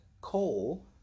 coal